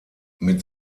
mit